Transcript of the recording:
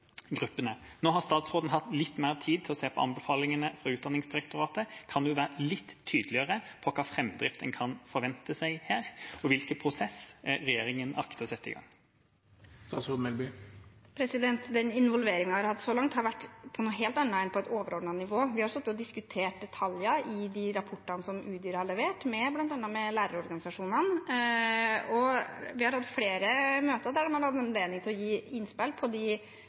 Nå har statsråden hatt litt mer tid til å se på anbefalingene fra Utdanningsdirektoratet. Kan hun være litt tydeligere på hvilken framdrift man kan forvente seg her, og hvilken prosess regjeringa akter å sette i gang? Involveringen så langt har vært noe helt annet enn på et overordnet nivå. Vi har sittet og diskutert detaljer i de rapportene som Utdanningsdirektoratet har levert, med bl.a. lærerorganisasjonene, og vi har hatt flere møter der man har hatt anledning til å gi innspill til både de